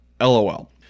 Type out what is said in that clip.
LOL